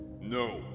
No